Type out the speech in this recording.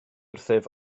wrthyf